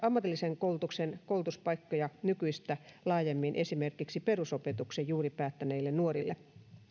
ammatillisen koulutuksen koulutuspaikkoja nykyistä laajemmin esimerkiksi perusopetuksen juuri päättäneille nuorille